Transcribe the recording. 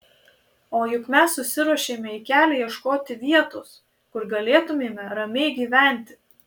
o juk mes susiruošėme į kelią ieškoti vietos kur galėtumėme ramiai gyventi